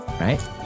right